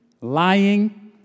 lying